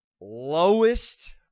lowest